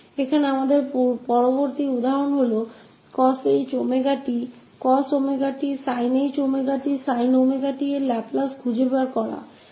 यहां हमारे पास अगला उदाहरण है cosh 𝜔𝑡 cos 𝜔𝑡 sinh 𝜔𝑡 sin 𝜔𝑡 के लाप्लास को खोजना